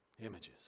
Images